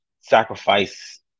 sacrifice